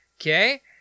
okay